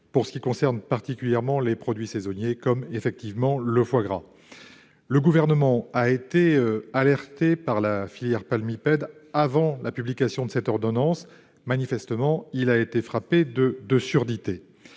loi Égalim s'agissant particulièrement des produits saisonniers comme le foie gras. Le Gouvernement a été alerté par la filière palmipèdes avant la publication de l'ordonnance. Manifestement, il a été frappé de surdité.